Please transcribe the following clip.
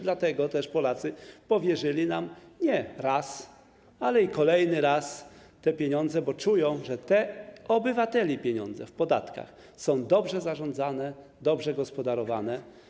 Dlatego też Polacy powierzyli nam, nie raz, ale i kolejny raz, te pieniądze, bo czują, że te pieniądze obywateli z podatków są dobrze zarządzane, dobrze gospodarowane.